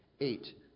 eight